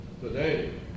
today